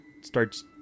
starts